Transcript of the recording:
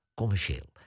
commercieel